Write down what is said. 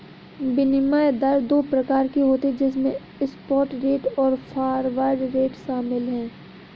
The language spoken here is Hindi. विनिमय दर दो प्रकार के होते है जिसमे स्पॉट रेट और फॉरवर्ड रेट शामिल है